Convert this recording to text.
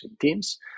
teams